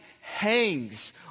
Hangs